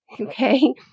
Okay